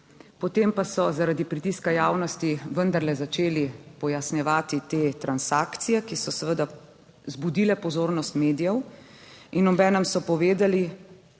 potem pa so zaradi pritiska javnosti vendarle začeli pojasnjevati te transakcije, ki so seveda vzbudile pozornost medijev. In obenem so povedali,